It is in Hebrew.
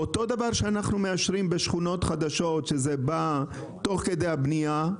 כמו שאנחנו מאשרים בשכונות חדשות כשזה בא תוך כדי הבנייה,